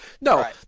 no